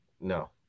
No